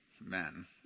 men